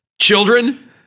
children